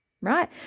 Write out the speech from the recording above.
right